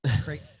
great